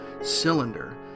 cylinder